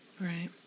Right